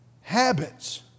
Habits